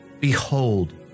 Behold